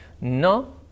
No